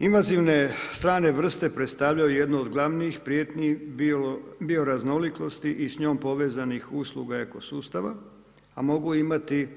Invazivne strane vrste predstavljaju jednu od glavnijih prijetnji bioraznolikosti i s njom povezanih usluga eko sustava, a mogu imati